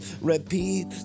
repeat